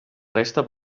resta